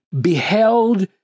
beheld